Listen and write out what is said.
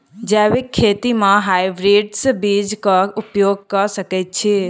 जैविक खेती म हायब्रिडस बीज कऽ उपयोग कऽ सकैय छी?